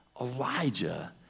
Elijah